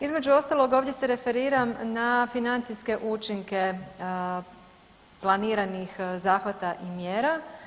Između ostaloga ovdje se referiram na financijske učinke planiranih zahvata i mjera.